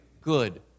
good